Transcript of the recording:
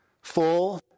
full